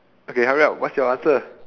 okay hurry up what's your answer